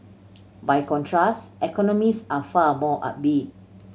by contrast economists are far more upbeat